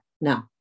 No